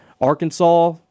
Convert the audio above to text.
Arkansas